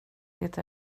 det